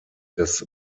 des